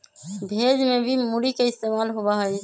भेज में भी मूरी के इस्तेमाल होबा हई